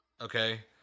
Okay